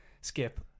Skip